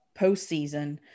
postseason